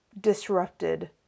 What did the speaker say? disrupted